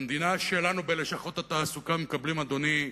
במדינה שלנו בלשכות התעסוקה מקבלים, אדוני,